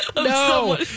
No